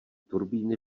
turbíny